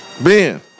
Ben